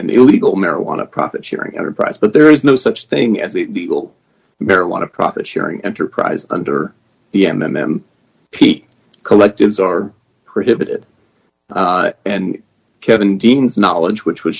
an illegal marijuana profit sharing enterprise but there is no such thing as the will marijuana profit sharing enterprise under the m m m p collectives are prohibited and kevin deans knowledge which was